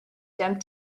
jump